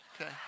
okay